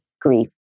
grief